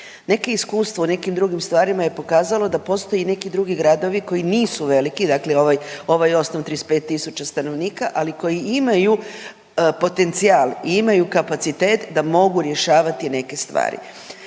Neko iskustvo u nekim drugim stvarima je pokazalo da postoje neki drugi gradovi koji nisu veliki, dakle ovaj, ovaj osnov od 35 tisuća stanovnika ali koji imaju potencijal i imaju kapacitet da mogu rješavati neke stvari.